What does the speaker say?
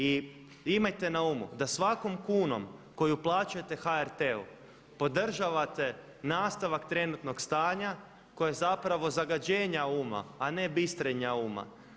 I imajte na umu da svakom kunom koju uplaćujete HRT-u podržavate nastavak trenutnog stanja koje je zapravo zagađenje uma a ne bistrenja uma.